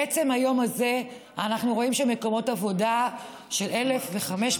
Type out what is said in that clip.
בעצם היום הזה אנחנו רואים שבמקומות עבודה של 1,000 ו-500